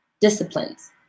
disciplines